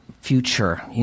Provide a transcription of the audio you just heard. future